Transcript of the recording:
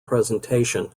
presentation